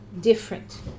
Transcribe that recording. different